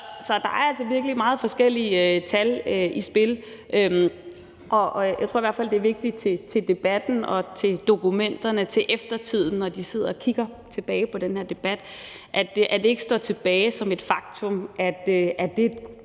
der er altså virkelig meget forskellige tal i spil, og jeg tror i hvert fald, at det er vigtigt af hensyn til debatten og dokumenterne i eftertiden, når man sidder og kigger tilbage på den her debat, at det ikke står tilbage som et faktum,